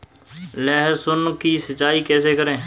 लहसुन की सिंचाई कैसे करें?